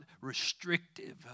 restrictive